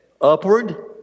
upward